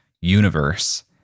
universe